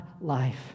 life